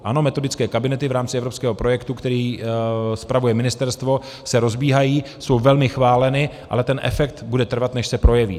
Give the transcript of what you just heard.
Ano, metodické kabinety v rámci evropského projektu, který spravuje ministerstvo, se rozbíhají, jsou velmi chváleny, ale bude trvat, než se ten efekt projeví.